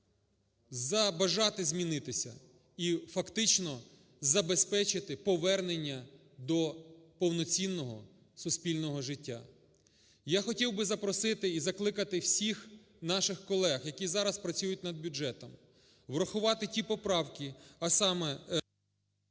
забажати змінитися і фактично забезпечити повернення до повноцінного суспільного життя. Я хотів би запросити і закликати всіх наших колег, які зараз працюють над бюджетом, врахувати ті поправки, а саме…